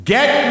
Get